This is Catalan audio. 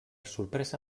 sorpresa